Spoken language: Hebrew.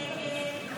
46 בעד, 58 נגד.